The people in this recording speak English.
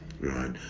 Right